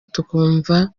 tukumva